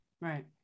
Right